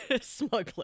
smuggler